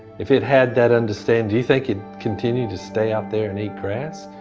if it had that understanding, do you think it continued to stay out there and eat grass?